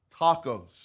Tacos